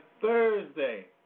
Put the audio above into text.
Thursday